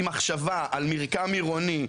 עם מחשבה על מרקם עירוני,